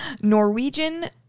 Norwegian